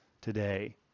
today